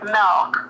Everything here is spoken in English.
milk